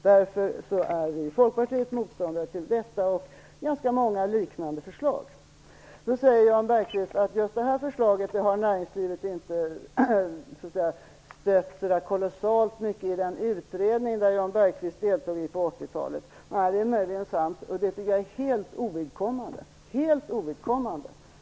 Därför är vi i Folkpartiet motståndare till detta och ganska många liknande förslag. Jan Bergqvist säger att näringslivet inte har stött det här förslaget särskilt mycket i den utredning som han deltog i på 80-talet. Det är möjligen sant, men jag tycker att det är helt ovidkommande.